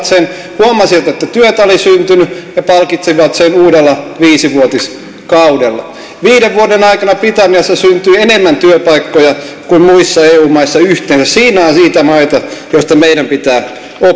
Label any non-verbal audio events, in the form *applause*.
*unintelligible* sen huomasivat että työtä oli syntynyt ja palkitsivat sen uudella viisivuotiskaudella viiden vuoden aikana britanniassa syntyi enemmän työpaikkoja kuin muissa eu maissa yhteensä siinä on niitä maita joista meidän pitää